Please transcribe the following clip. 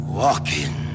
walking